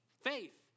Faith